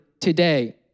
today